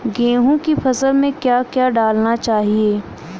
गेहूँ की फसल में क्या क्या डालना चाहिए?